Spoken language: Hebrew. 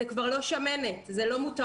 זה כבר לא שמנת, זה לא מותרות.